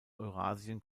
eurasien